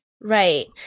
Right